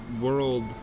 world